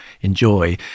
enjoy